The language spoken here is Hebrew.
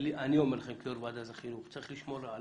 אני אומר לכם כיו"ר ועדת החינוך, צריך לשמור על